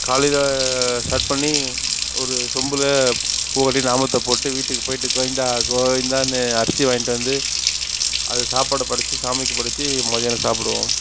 காலையில் ஸ்டாட் பண்ணி ஒரு சொம்பில் பூ கட்டி நாமத்தை போட்டு வீட்டுக்கு போயிட்டு கோவிந்தா கோவிந்தானு அரிசி வாங்கிட்டு வந்து அதை சாப்பாடை படைச்சு சாமிக்கு படைச்சு மத்தியானம் சாப்பிடுவோம்